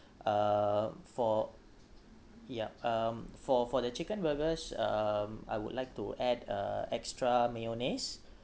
uh for yup um for for the chicken burgers um I would like to add uh extra mayonnaise